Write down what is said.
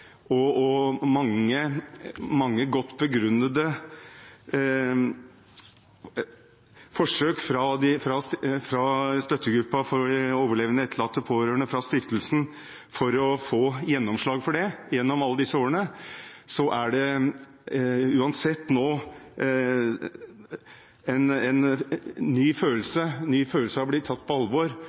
saken og mange godt begrunnede forsøk fra støttegruppen av overlevende, etterlatte og pårørende og fra stiftelsen for å få gjennomslag for det gjennom alle disse årene, så gir det uansett nå en ny følelse av å bli tatt på alvor